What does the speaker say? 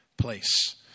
place